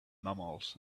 mammals